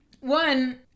One